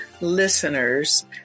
listeners